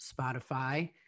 Spotify